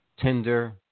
Tinder